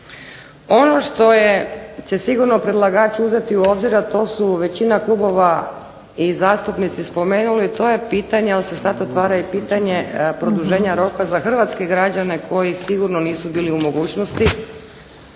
Ono što će se sigurno predlagač uzeti u obzir, a to su većina klubova i zastupnici spomenuli, to je pitanje, jer se sad otvara i pitanje produženja roka za hrvatske građane koji sigurno nisu bili u mogućnosti